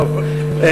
נו, טוב.